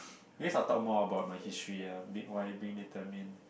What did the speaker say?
I guess I'll talk more about my history ah being why being determined